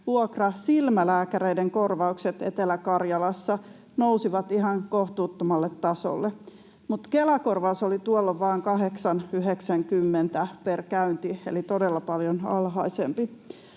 vuokrasilmälääkäreiden korvaukset Etelä-Karjalassa nousivat ihan kohtuuttomalle tasolle, mutta Kela-korvaus oli tuolloin vain 8,90 euroa per käynti eli todella paljon alhaisempi.